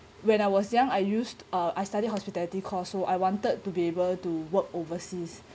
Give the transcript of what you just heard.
when I was young I used uh I study hospitality course so I wanted to be able to work overseas